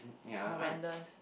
it's horrendous